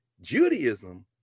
Judaism